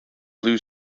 blue